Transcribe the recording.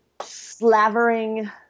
slavering